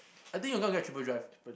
I think I'm gonna get triple drive